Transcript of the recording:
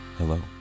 Hello